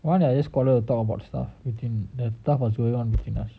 one I just call her to talk about stuff between the stuff was going on between us